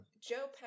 Joe